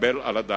מתקבל על הדעת.